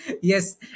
yes